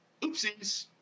Oopsies